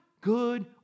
good